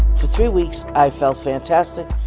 for three weeks, i felt fantastic.